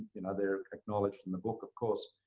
you know, they're acknowledged in the book, of course.